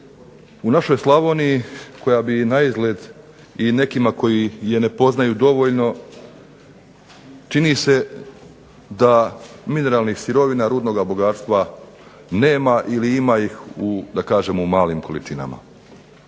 u našoj Slavoniji koja bi naizgled i nekima koji je ne poznaju dovoljno čini se da mineralnih sirovina, rudnoga bogatstva nema ili ima ih u malim količinama.